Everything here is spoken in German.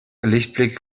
lichtblick